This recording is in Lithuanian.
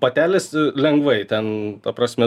patelės lengvai ten ta prasme